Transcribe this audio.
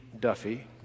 Duffy